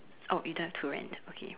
oh you don't have to rent okay